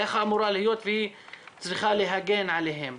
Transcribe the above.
ככה זה אמור להיות והיא צריכה להגן עליהם.